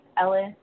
Ellis